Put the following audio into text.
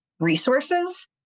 resources